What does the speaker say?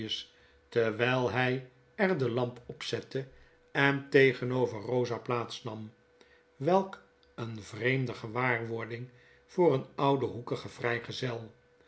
terwyl hy er de lamp opzette en tegenover rosa plaats nam welk'een vreemde gewaarwording voor een ouden boekigen vrijgezel